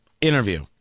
interview